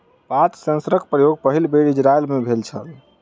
पात सेंसरक प्रयोग पहिल बेर इजरायल मे भेल छल